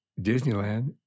Disneyland